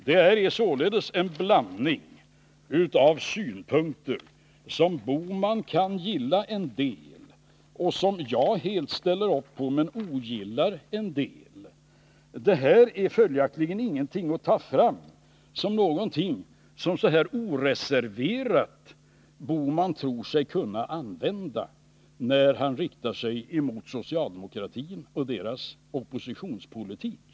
Det är således en blandning av synpunkter, av vilka Gösta Bohman kan gilla en del och av vilka jag helt ställer upp på en del men ogillar en del andra. Det är följaktligen ingenting att ta fram som någonting som Gösta Bohman oreserverat tror sig kunna använda när han riktar sig mot socialdemokratin och dess oppositionspolitik.